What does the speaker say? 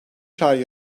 şair